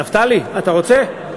נפתלי, אתה רוצה?